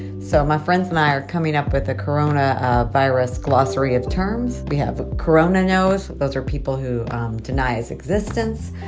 so my friends and i are coming up with a coronavirus glossary of terms. we have corona-nos, those are people who deny its existence.